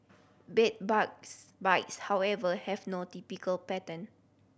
bed bugs bites however have no typical pattern